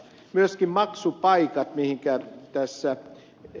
myöskin maksupaikkojen mihinkä tässä ed